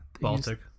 Baltic